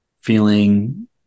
feeling